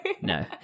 no